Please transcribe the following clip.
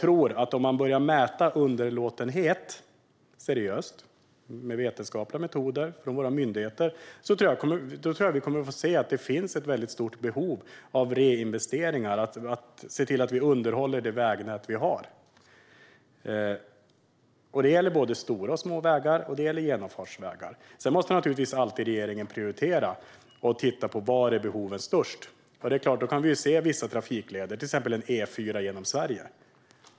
Om man börjar mäta underlåtenhet hos våra myndigheter med vetenskapliga metoder kommer vi att få se att det finns ett stort behov av reinvesteringar, att se till att underhålla det vägnät som finns. Det gäller stora och små vägar, och det gäller genomfartsvägar. Sedan måste naturligtvis regeringen alltid prioritera och titta på var behoven är störst. Då kan vi se vissa trafikleder, till exempel E4 genom Sverige.